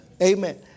Amen